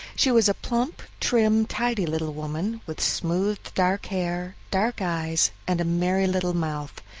she was a plump, trim, tidy little woman, with smooth, dark hair, dark eyes, and a merry little mouth.